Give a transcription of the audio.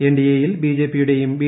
എൻഡിഎയിൽ ബിജെപിയുടേയും ബി